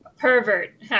Pervert